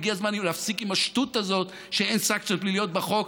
הגיע הזמן להפסיק עם השטות הזאת שאין סנקציות פליליות בחוק.